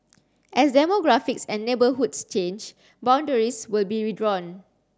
as demographics and neighbourhoods change boundaries will be redrawn